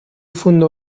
fundó